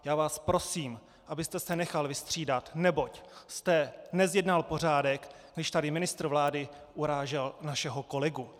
Já vás prosím, abyste se nechal vystřídat, neboť jste nezjednal pořádek, když tady ministr vlády urážel našeho kolegu.